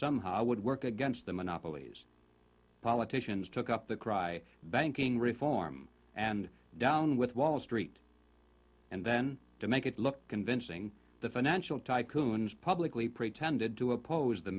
somehow would work against the monopolies politicians took up the cry banking reform and down with wall street and then to make it look convincing the financial tycoons publicly pretended to oppose the